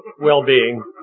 well-being